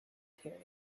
period